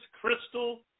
crystal